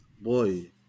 boy